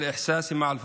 המוסלמים צמים בו